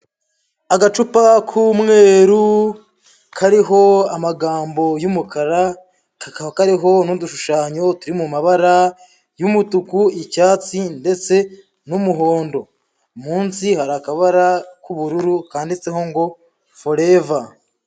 Agacupa k'umweru kariho amagambo y'umukara, kakaba kariho n'udushushanyo turi mu mabara y'umutuku, icyatsi ndetse n'umuhondo. Munsi hari akabara k'ubururu kanditseho ngo foreva.